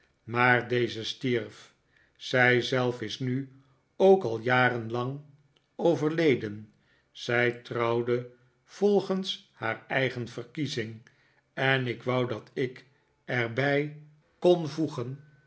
maar deze stierf zij zelf is nu ook al jarenlang overleden zij trouwde volgens haar eigen verkiezing en ik wou dat ik er bij kon voegen